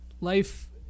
life